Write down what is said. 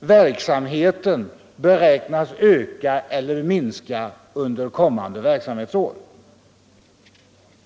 verksamheten beräknas öka eller minska under kommande verksamhetsår.